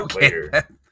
later